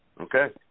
Okay